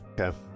Okay